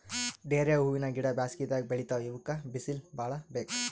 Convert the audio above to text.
ಡೇರೆ ಹೂವಿನ ಗಿಡ ಬ್ಯಾಸಗಿದಾಗ್ ಬೆಳಿತಾವ್ ಇವಕ್ಕ್ ಬಿಸಿಲ್ ಭಾಳ್ ಬೇಕ್